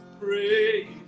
Praise